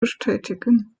bestätigen